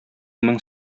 мең